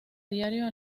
diario